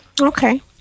Okay